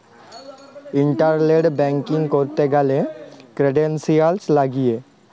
internet banking ক্যরতে গ্যালে credentials লাগিয়ে